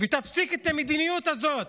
ותפסיק את המדיניות הזאת,